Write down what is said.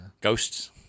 Ghosts